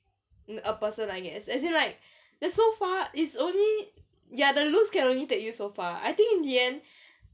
um a person I guess as in like that so far it's only ya the looks can only take you so far I think in the end